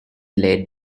laid